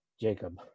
Jacob